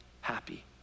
happy